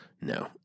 No